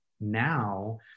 now